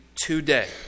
today